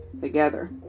together